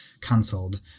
cancelled